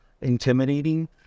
intimidating